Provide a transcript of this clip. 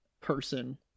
person